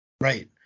Right